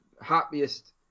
happiest